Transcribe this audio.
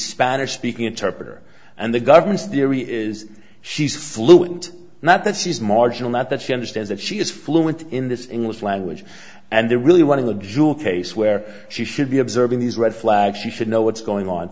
spanish speaking interpreter and the government's theory is she's fluent and that she is marginal not that she understands that she is fluent in this english language and the really one of the jewel case where she should be observing these red flags she should know what's going on